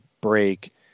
break